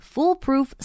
Foolproof